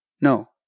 No